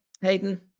Hayden